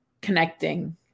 connecting